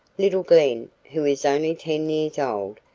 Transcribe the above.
little glen, who is only ten years old,